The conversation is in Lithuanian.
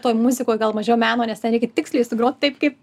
toj muzikoj gal mažiau meno nes ten reikia tiksliai sugrot taip kaip